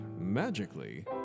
magically